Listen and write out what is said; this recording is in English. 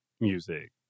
music